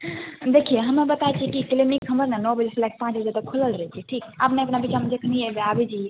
देखिए हमे बताए छी कि क्लिनिक हमर ने नओ बजे से पाँच बजे तक खुलल रहै छै ठीक अपने ओहि बीचमे जखनि अयबै आबि जइयै